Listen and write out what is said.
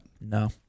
No